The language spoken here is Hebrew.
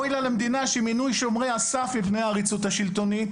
אוי לה למדינה שמינוי שומרי הסף בפני העריצות השלטונית,